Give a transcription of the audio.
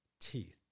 teeth